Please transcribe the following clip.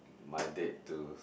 my date to